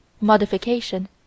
modification